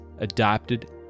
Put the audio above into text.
adapted